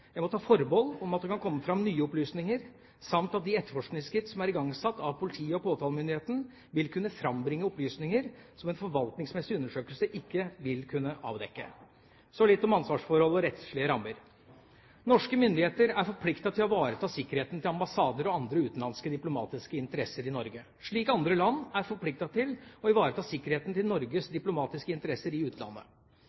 Jeg må ta forbehold om at det kan komme fram nye opplysninger, samt at de etterforskningsskritt som er igangsatt av politiet og påtalemyndigheten, vil kunne frambringe opplysninger som en forvaltningsmessig undersøkelse ikke vil kunne avdekke. Så litt om ansvarsforhold og rettslige rammer. Norske myndigheter er forpliktet til å ivareta sikkerheten til ambassader og andre utenlandske diplomatiske interesser i Norge, slik andre land er forpliktet til å ivareta sikkerheten til Norges